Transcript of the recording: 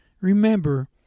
Remember